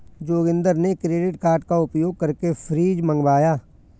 जोगिंदर ने credit card का उपयोग करके फ्रिज मंगवाया